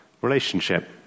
relationship